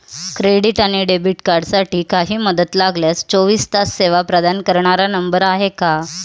Credit आणि debit कार्डसाठी काही मदत लागल्यास चोवीस तास सेवा प्रदान करणारा नंबर आहे का?